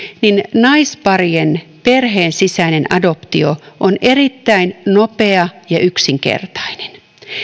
naisparien perheen sisäinen adoptio on erittäin nopea ja yksinkertainen